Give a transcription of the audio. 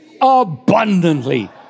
abundantly